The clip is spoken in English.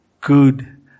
good